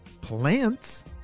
plants